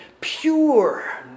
pure